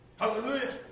Hallelujah